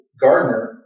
Gardner